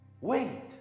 Wait